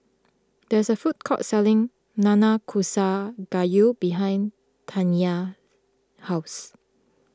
there is a food court selling Nanakusa Gayu behind Taniyah's house